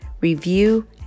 review